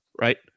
right